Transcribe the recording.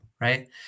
Right